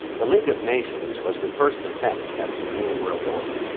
the league of nations was the first attempt at the new world order,